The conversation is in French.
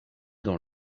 dans